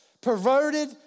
perverted